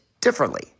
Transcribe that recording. differently